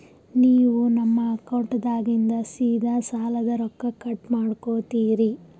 ನೀವು ನಮ್ಮ ಅಕೌಂಟದಾಗಿಂದ ಸೀದಾ ಸಾಲದ ರೊಕ್ಕ ಕಟ್ ಮಾಡ್ಕೋತೀರಿ?